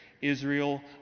Israel